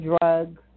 drugs